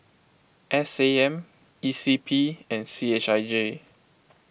S A M E C P and C H I J